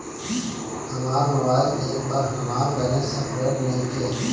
हमर mobile app पर हमर बैलेंस अपडेट नइखे